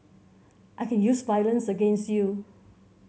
I can use violence against you